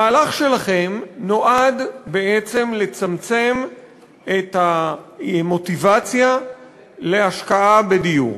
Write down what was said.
המהלך שלכם נועד בעצם לצמצם את המוטיבציה להשקעה בדיור.